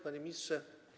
Panie Ministrze!